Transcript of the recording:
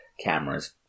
cameras